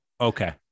Okay